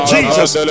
Jesus